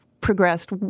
progressed